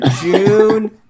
June